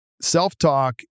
Self-talk